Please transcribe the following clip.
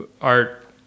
art